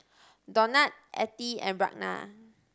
Donat Ethie and Ragna